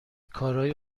کارای